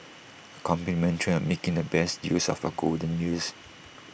A commentary on making the best use of your golden years